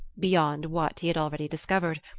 beyond what he had already discovered,